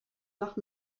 nach